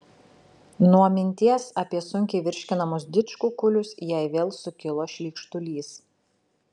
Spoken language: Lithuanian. nuo minties apie sunkiai virškinamus didžkukulius jai vėl sukilo šleikštulys